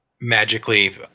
magically